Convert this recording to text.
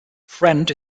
friend